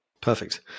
Perfect